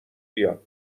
بیاد